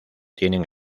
tienen